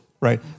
right